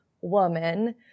woman